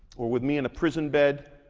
or with me in a prison bed,